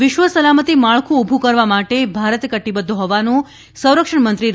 વિશ્વ સલામતી માળખું ઊભું કરવા માટે ભારત કટિબધ્ધ હોવાનું સંરક્ષણ મંત્રી